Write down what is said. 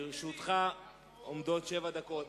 לרשותך עומדות שבע דקות.